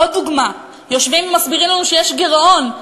עוד דוגמה: יושבים ומסבירים לנו שיש גירעון,